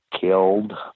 killed